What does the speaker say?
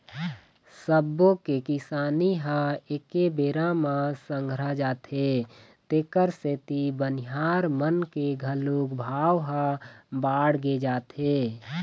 सब्बो के किसानी ह एके बेरा म संघरा जाथे तेखर सेती बनिहार मन के घलोक भाव ह बाड़गे जाथे